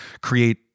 create